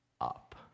up